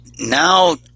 now